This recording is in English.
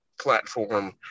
platform